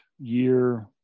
year